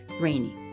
rainy